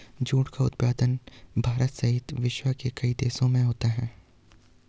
jute का उत्पादन भारत सहित विश्व के कई देशों में होता है